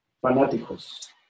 fanáticos